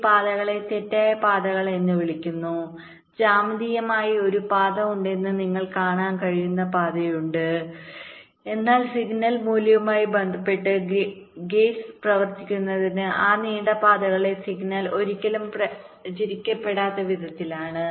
ഈ പാതകളെ തെറ്റായ പാതകൾ എന്ന് വിളിക്കുന്നു ജ്യാമിതീയമായി ഒരു പാത ഉണ്ടെന്ന് നിങ്ങൾക്ക് കാണാൻ കഴിയുന്ന പാതയുണ്ട് എന്നാൽ സിഗ്നൽ മൂല്യവുമായി ബന്ധപ്പെട്ട് ഗേറ്റ്സ് പ്രവർത്തിക്കുന്നത് ആ നീണ്ട പാതകളിലൂടെ സിഗ്നൽ ഒരിക്കലും പ്രചരിപ്പിക്കാത്ത വിധത്തിലാണ്